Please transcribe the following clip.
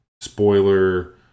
spoiler